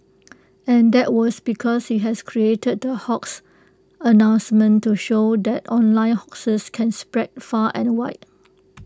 and that was because he has created the hoax announcement to show that online hoaxes can spread far and wide